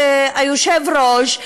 היושב-ראש,